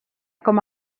com